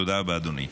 תודה רבה, אדוני.